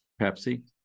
Pepsi